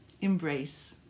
embrace